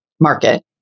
market